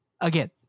Again